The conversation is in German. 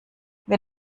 wer